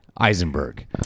eisenberg